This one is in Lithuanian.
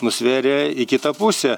nusvėrė į kitą pusę